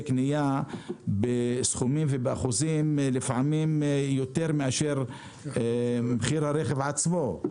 קנייה בסכומים ובאחוזים לפעמים יותר מאשר מחיר הרכב עצמו.